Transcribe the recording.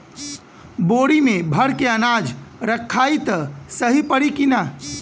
बोरी में भर के अनाज रखायी त सही परी की ना?